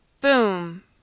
Boom